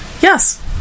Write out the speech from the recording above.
Yes